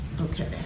Okay